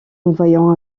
envoyant